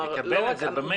שיקבל את זה במייל.